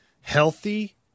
healthy